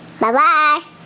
Bye-bye